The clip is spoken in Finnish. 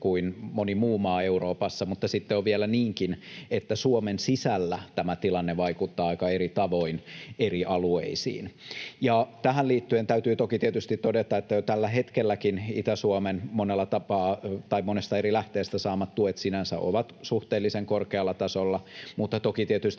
kuin moni muu maa Euroopassa, mutta sitten on vielä niinkin, että Suomen sisällä tämä tilanne vaikuttaa aika eri tavoin eri alueisiin. Tähän liittyen täytyy tietysti todeta, että jo tällä hetkelläkin Itä-Suomen monesta eri lähteestä saamat tuet sinänsä ovat suhteellisen korkealla tasolla, mutta toki tietysti